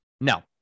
No